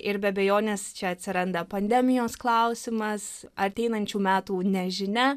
ir be abejonės čia atsiranda pandemijos klausimas ateinančių metų nežinia